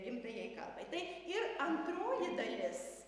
gimtajai kalbai tai ir antroji dalis